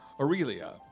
Aurelia